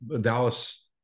Dallas